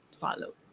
follow